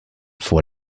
vor